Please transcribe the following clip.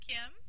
Kim